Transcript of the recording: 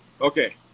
okay